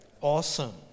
Awesome